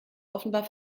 offenbar